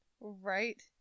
Right